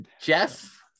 Jeff